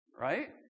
right